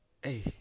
hey